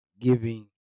giving